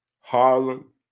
harlem